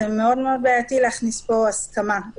זה מאוד בעייתי להכניס פה הסכמה.